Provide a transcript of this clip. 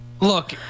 look